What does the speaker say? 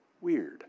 Weird